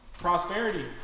Prosperity